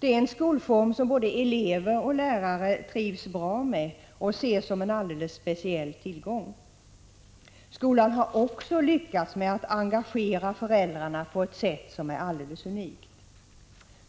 Det är en skolform som både elever och lärare trivs bra med och ser som en alldeles speciell tillgång. Skolan har också lyckats med att engagera föräldrarna på ett sätt som är helt unikt.